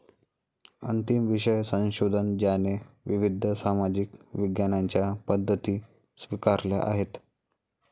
अंतिम विषय संशोधन ज्याने विविध सामाजिक विज्ञानांच्या पद्धती स्वीकारल्या आहेत